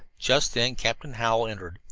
just then captain hallowell entered.